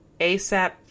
ASAP